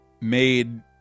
made